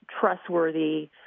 trustworthy